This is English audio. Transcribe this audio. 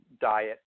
diet